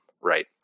right